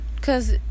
cause